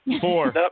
Four